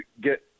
get –